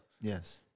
Yes